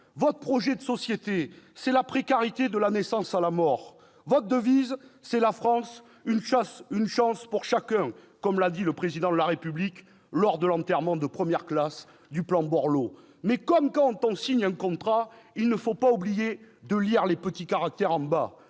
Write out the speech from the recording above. Votre projet de société, c'est la précarité de la naissance à la mort ; votre devise, c'est « la France, une chance pour chacun », comme l'a dit le Président de la République lors de l'enterrement de première classe du plan Borloo. Mais, comme quand on signe un contrat, il ne faut pas oublier de lire les petits caractères en bas